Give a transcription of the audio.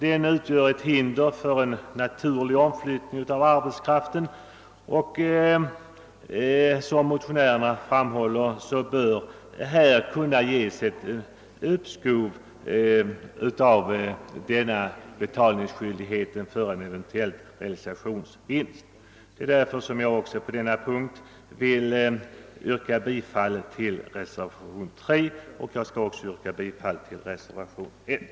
Den utgör ett hinder för en naturlig omflyttning av arbetskraften, och det bör, såsom motionärerna framhåller, kunna beviljas uppskov med den betalningsskyldighet som föranleds av en eventuell realisationsvinst. Jag vill därför yrka bifall till reservationen 3. Jag yrkar slutligen också bifall till reservationen 1.